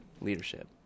leadership